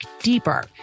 deeper